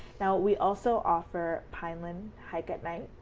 now we also offer pineland hike at night.